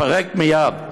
לפרק מייד,